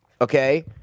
Okay